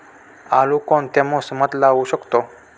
आळू कोणत्या मोसमात लावू शकतो?